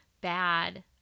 bad